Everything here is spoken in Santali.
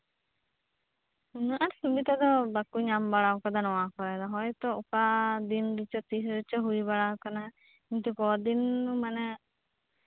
ᱩᱱᱟᱜ ᱟᱸᱴ ᱥᱩᱵᱤᱫᱷᱟ ᱠᱚᱫᱚ ᱵᱟᱠᱚ ᱧᱟᱢ ᱵᱟᱲᱟ ᱟᱠᱟᱫᱟ ᱱᱚᱶᱟ ᱠᱚᱨᱮᱜ ᱫᱚ ᱦᱚᱭᱛᱚ ᱚᱠᱟ ᱫᱤᱱ ᱨᱮᱪᱚᱝ ᱛᱤᱥ ᱨᱮᱪᱚᱝ ᱦᱩᱭ ᱵᱟᱲᱟ ᱠᱟᱱᱟ ᱠᱚ ᱫᱤᱱ ᱢᱟᱱᱮ